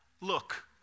look